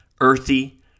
earthy